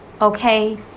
okay